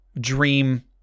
dream